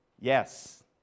Yes